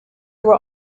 were